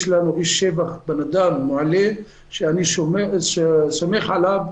יש לנו איש שטח, בן אדם מעולה, שאני סומך עליו,